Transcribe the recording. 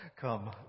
come